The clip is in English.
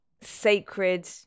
sacred